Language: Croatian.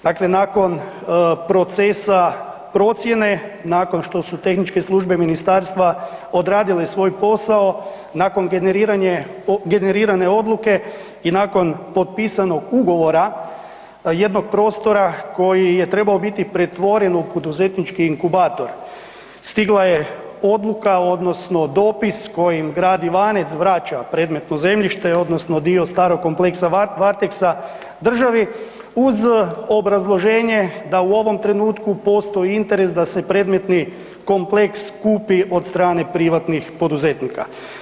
Dakle, nakon procesa procjene, nakon što su tehničke službe ministarstva odradile svoj posao, nakon generirane odluke i nakon potpisanog ugovora jednog prostora koji je trebao biti pretvoren u poduzetnički inkubator stigla je odluka odnosno dopis kojim grad Ivanec vraća predmetno zemljište odnosno dio starog kompleksa „Varteksa“ državi uz obrazloženje da u ovom trenutku postoji interes da se predmetni kompleks kupi od strane privatnih poduzetnika.